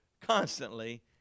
constantly